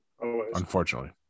Unfortunately